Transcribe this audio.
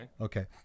Okay